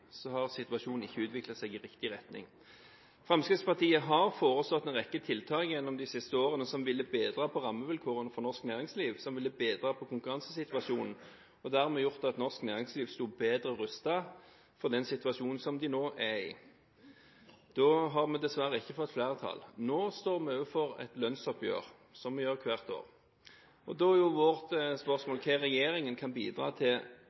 har ikke situasjonen utviklet seg i riktig retning. Fremskrittspartiet har gjennom de siste årene foreslått en rekke tiltak som ville bedret rammevilkårene for norsk næringsliv, som ville bedret konkurransesituasjonen, og dermed gjort at norsk næringsliv sto bedre rustet for den situasjonen som de nå er i. Da har vi dessverre ikke fått flertall. Nå står vi overfor et lønnsoppgjør, som vi gjør hvert år. Da er vårt spørsmål: Hva kan regjeringen bidra til